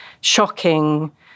shocking